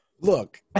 Look